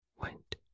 went